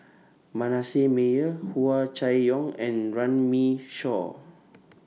Manasseh Meyer Hua Chai Yong and Runme Shaw